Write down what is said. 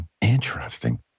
Interesting